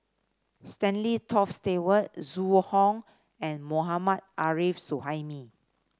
Stanley Toft Stewart Zhu Hong and Mohammad Arif Suhaimi